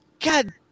God